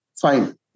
Fine